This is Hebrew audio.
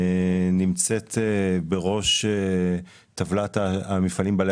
היא נמצאת בראש טבלת המפעלים בעלי